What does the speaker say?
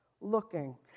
looking